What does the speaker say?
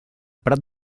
prat